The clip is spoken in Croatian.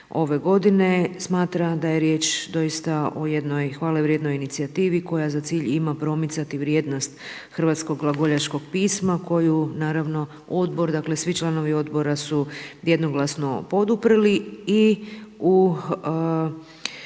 ove godine. Smatra da je riječ doista o jednoj hvale vrijednog inicijativi koja za cilj ima promicati vrijednost hrvatskog glagoljaškog pisma koju naravno Odbor dakle, svi članovi Odbora su jednoglasno poduprli. I u